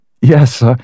Yes